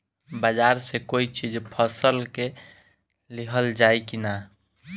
बाजार से कोई चीज फसल के लिहल जाई किना?